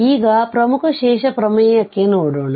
ಈಗ ಪ್ರಮುಖ ಶೇಷ ಪ್ರಮೇಯಕ್ಕೆ ನೋಡೋಣ